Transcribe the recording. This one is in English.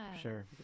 Sure